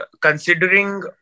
considering